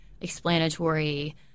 explanatory